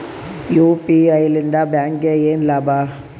UPI ಲಿಂದ ಬ್ಯಾಂಕ್ಗೆ ಏನ್ ಲಾಭ?